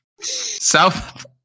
South